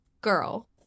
girl